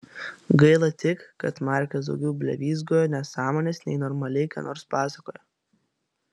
gaila tik kad markas daugiau blevyzgojo nesąmones nei normaliai ką nors pasakojo